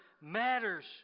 matters